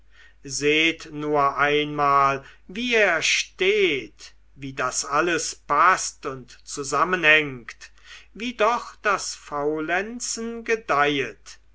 seht nur einmal wie er steht wie das alles paßt und zusammenhängt wie doch das faulenzen gedeihet